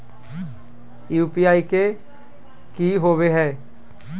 UPI की होवे है?